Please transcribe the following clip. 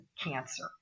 cancer